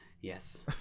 Yes